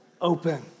open